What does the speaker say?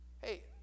Hey